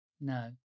No